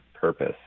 purpose